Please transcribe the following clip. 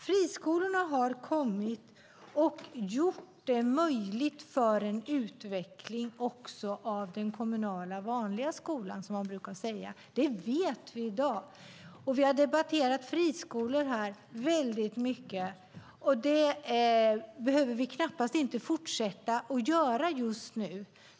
Friskolorna har dock gjort det möjligt för en utveckling också av den kommunala skolan. Det vet vi. Vi har debatterat friskolor mycket, och det behöver vi knappast göra i dag.